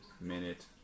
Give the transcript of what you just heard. minute